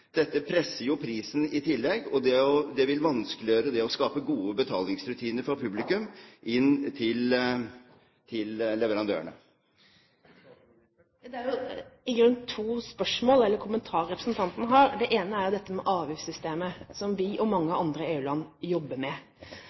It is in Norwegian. Dette presser prisen i tillegg. Det vil vanskeliggjøre det å skape gode betalingsrutiner for publikum inn til leverandørene. Det er i grunnen to spørsmål eller kommentarer, representanten har. Det ene er dette med avgiftssystemet, som vi og mange EU-land jobber med: